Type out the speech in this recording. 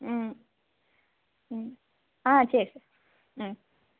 ம் ம் ஆ சரி சார் ம்